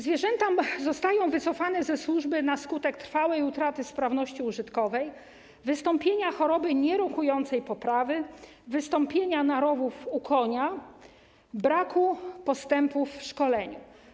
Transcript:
Zwierzęta zostają wycofane ze służby na skutek trwałej utraty sprawności użytkowej, wystąpienia choroby nierokującej poprawy, wystąpienia narowów u konia, braku postępów w szkoleniu.